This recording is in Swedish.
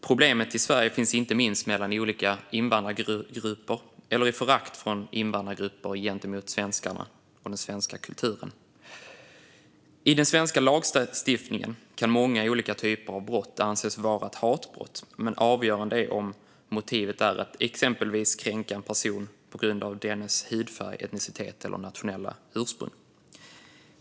Problemet i Sverige finns inte minst mellan olika invandrargrupper eller i form av förakt från invandrargrupper gentemot svenskarna och den svenska kulturen. I den svenska lagstiftningen kan många olika typer av brott anses vara hatbrott. Avgörande är om motivet är att exempelvis kränka en person på grund av dennas hudfärg, etnicitet eller nationella ursprung.